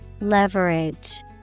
Leverage